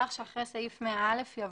כך שאחרי סעיף 100א יבוא: